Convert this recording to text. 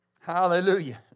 Hallelujah